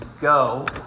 go